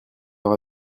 leur